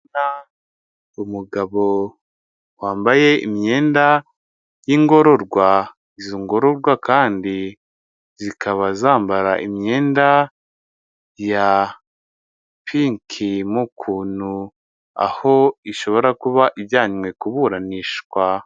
Umugabo wambaye imyenda y'ingororwa izo ngorwa kandi zikaba zambara imyenda ya pinki mukuntu aho ishobora kuba ajyanywe kuburanishwa.